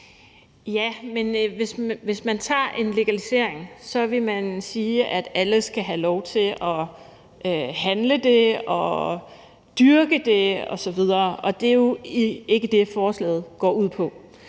Ja, men hvis man foretager en legalisering, vil man sige, at alle skal have lov til at handle det og dyrke det osv., og det er jo ikke det, forslaget går ud på.